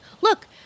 Look